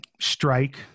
strike